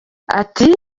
ati